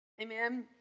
Amen